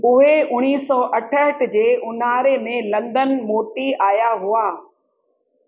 उहे उणिवीह सौ अठ अठ जे उन्हारे में लंदन मोटी आया हुआ